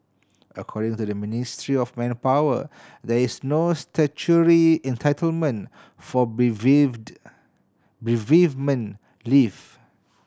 according to the Ministry of Manpower there is no statutory entitlement for bereaved bereavement leave